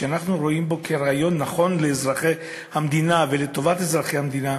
שאנחנו רואים בו רעיון נכון לאזרחי המדינה ולטובת אזרחי המדינה,